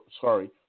sorry